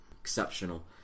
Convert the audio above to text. exceptional